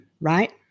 right